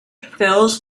fills